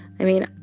i mean,